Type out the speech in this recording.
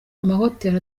amahoteli